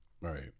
Right